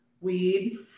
weed